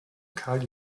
karl